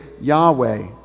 Yahweh